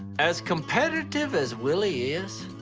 as competitive as willie is,